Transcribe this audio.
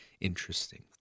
interesting